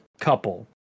couple